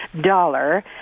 dollar